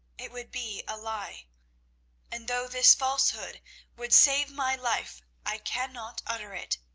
it would be a lie and, though this falsehood would save my life, i cannot utter it.